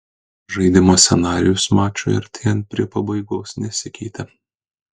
žaidimo scenarijus mačui artėjant prie pabaigos nesikeitė